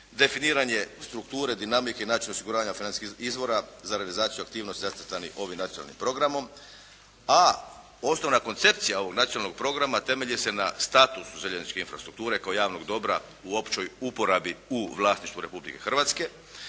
definiranje strukture, dinamike i načina osiguravanja financijskih izvora za realizaciju aktivnosti zacrtanim ovim nacionalnim programom. A osnovna koncepcija ovog nacionalnog programa temelji se na statusu željezničke infrastrukture kao javnog dobra u općoj uporabi u vlasništvu Republike Hrvatske.